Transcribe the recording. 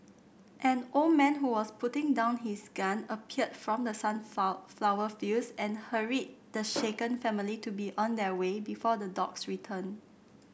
an old man who was putting down his gun appeared from the sun sunflower fields and hurried the shaken family to be on their way before the dogs return